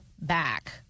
back